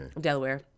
Delaware